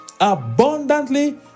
abundantly